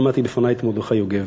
שמעתי לפני את מרדכי יוגב.